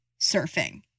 surfing